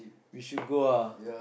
we should go ah